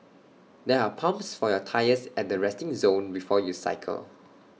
there are pumps for your tyres at the resting zone before you cycle